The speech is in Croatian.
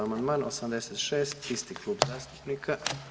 Amandman 86. isti klub zastupnika.